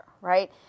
right